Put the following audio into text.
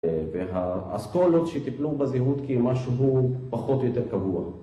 והאסכולות שטיפלו בזהות כי משהו הוא פחות או יותר קבוע